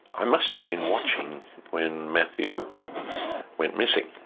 i must have been watching when matthew went missing,